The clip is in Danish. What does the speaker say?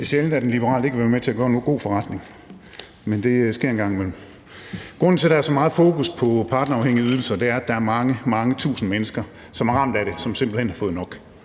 Det er sjældent, at en liberal ikke vil være med til at gøre en god forretning, men det sker en gang imellem. Grunden til, at der er så meget fokus på partnerafhængige ydelser, er, at der er mange, mange tusinde mennesker, som er ramt af det, og som simpelt hen har fået nok.